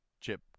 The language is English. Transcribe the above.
chip